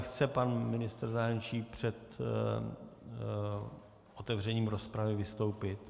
Chce pan ministr zahraničí před otevřením rozpravy vystoupit?